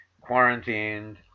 quarantined